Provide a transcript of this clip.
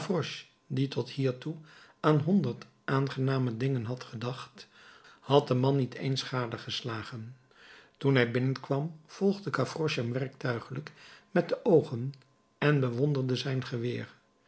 die tot hiertoe aan honderd aangename dingen had gedacht had den man niet eens gadegeslagen toen hij binnenkwam volgde gavroche hem werktuiglijk met de oogen en bewonderde zijn geweer